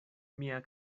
mia